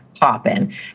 popping